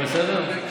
בסדר?